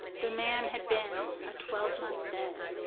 the man had been a twelvemonth dead.